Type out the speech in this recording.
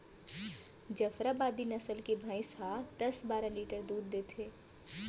जफराबादी नसल के भईंस ह दस बारा लीटर दूद देथे